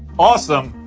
awesome,